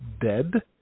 dead